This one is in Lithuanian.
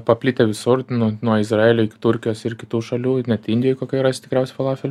paplitę visur nu nuo izraelio iki turkijos ir kitų šalių ir net indijoj kokioj rasi tikriausia falafelių